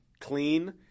clean